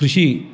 ಕೃಷಿ